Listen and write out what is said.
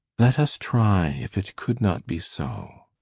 let us try if it could not be so.